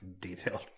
detailed